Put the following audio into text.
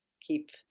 keep